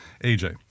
AJ